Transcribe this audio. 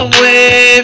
Away